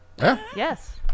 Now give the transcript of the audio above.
Yes